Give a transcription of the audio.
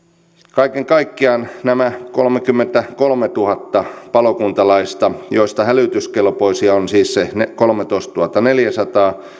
kaiken kaikkiaan nämä kolmekymmentäkolmetuhatta palokuntalaista joista hälytyskelpoisia on siis se kolmetoistatuhattaneljäsataa